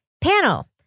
Panel